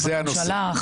וזה הנושא.